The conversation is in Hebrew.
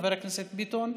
חבר הכנסת ביטון?